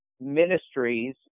ministries